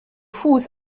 fuß